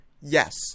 yes